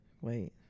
Wait